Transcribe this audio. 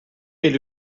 est